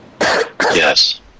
Yes